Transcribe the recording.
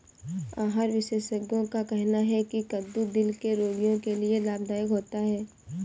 आहार विशेषज्ञों का कहना है की कद्दू दिल के रोगियों के लिए लाभदायक होता है